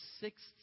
sixth